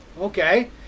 okay